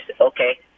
okay